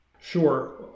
Sure